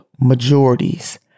majorities